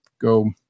go